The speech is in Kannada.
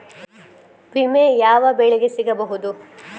ವಿಮೆ ಯಾವ ಬೆಳೆಗೆ ಸಿಗಬಹುದು?